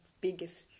biggest